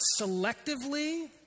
selectively